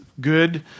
good